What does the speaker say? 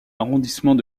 arrondissements